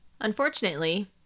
Unfortunately